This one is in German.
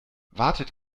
wartet